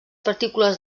partícules